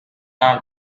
hour